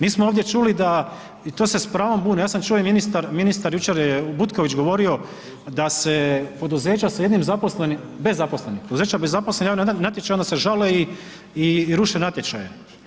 Mi smo ovdje čuli i to se s pravom buni, ja sam čuo i ministar jučer je, Butković govorio da se poduzeća sa jednim zaposlenim, bez zaposlenih, poduzeća bez zaposlenih jave se na natječaj onda se žale i ruše natječaje.